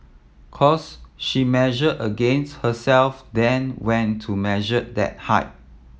cos she measured against herself then went to measure that height